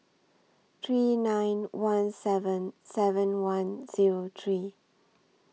three nine one seven seven one Zero three